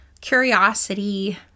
curiosity